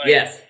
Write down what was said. Yes